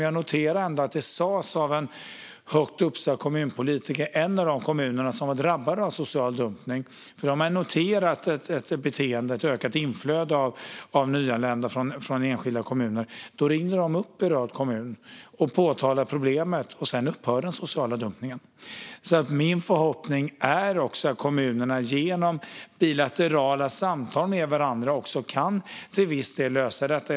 Jag noterar dock att det var något som framhölls av en högt uppsatt kommunpolitiker i en av de kommuner som drabbats av social dumpning. De hade noterat ett beteende och ett ökat inflöde av nyanlända från enskilda kommuner. De ringde då upp berörd kommun och påtalade problemet. Därefter upphörde den sociala dumpningen. Min förhoppning är att kommunerna till viss del kan lösa detta genom bilaterala samtal med varandra.